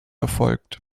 erfolgt